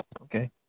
Okay